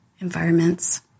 environments